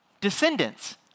descendants